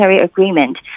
agreement